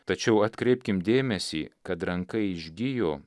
tačiau atkreipkim dėmesį kad ranka išgijo